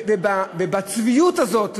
ובצביעות הזאת,